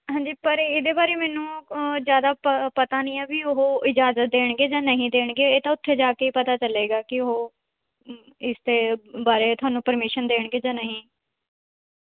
ਹਾਂਜੀ ਪਰ ਇਹਦੇ ਬਾਰੇ ਮੈਨੂੰ ਜ਼ਿਆਦਾ ਪ ਪਤਾ ਨਹੀਂ ਹੈ ਵੀ ਉਹ ਇਜਾਜ਼ਤ ਦੇਣਗੇ ਜਾਂ ਨਹੀਂ ਦੇਣਗੇ ਇਹ ਤਾਂ ਉੱਥੇ ਜਾ ਕੇ ਹੀ ਪਤਾ ਚੱਲੇਗਾ ਕਿ ਉਹ ਇਸ ਦੇ ਬਾਰੇ ਤੁਹਾਨੂੰ ਪਰਮੀਸ਼ਨ ਦੇਣਗੇ ਜਾਂ ਨਹੀਂ